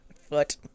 foot